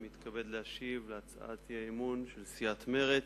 אני מתכבד להשיב על הצעת האי-אמון של סיעת מרצ.